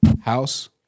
house